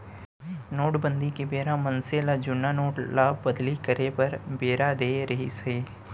नोटबंदी के बेरा मनसे ल जुन्ना नोट ल बदली करे बर बेरा देय रिहिस हे